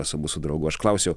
su mūsų draugu aš klausiau